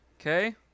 Okay